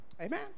Amen